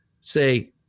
say